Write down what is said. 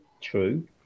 true